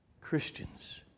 christians